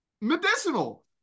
medicinal